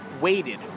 waited